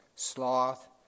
Sloth